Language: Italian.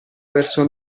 verso